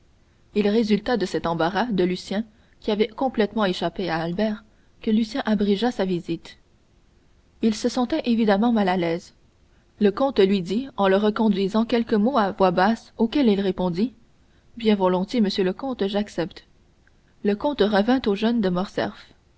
il résulta de cet embarras de lucien qui avait complètement échappé à albert que lucien abrégea sa visite il se sentait évidemment mal à l'aise le comte lui dit en le reconduisant quelques mots à voix basse auxquels il répondit bien volontiers monsieur le comte j'accepte le comte revint au jeune de